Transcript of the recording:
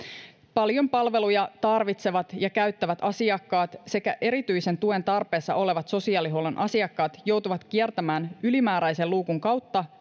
paljon palveluja tarvitsevat ja käyttävät asiakkaat sekä erityisen tuen tarpeessa olevat sosiaalihuollon asiakkaat joutuvat kiertämään ylimääräisen luukun kautta